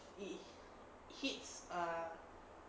it hits a